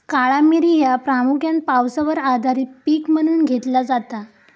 काळा मिरी ह्या प्रामुख्यान पावसावर आधारित पीक म्हणून घेतला जाता